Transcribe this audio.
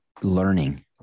learning